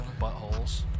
buttholes